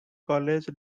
college